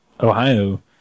Ohio